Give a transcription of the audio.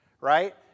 right